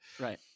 Right